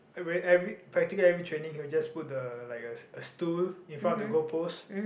every every practically every training he will just put the like a a stool in front of the goal post